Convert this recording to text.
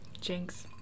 Jinx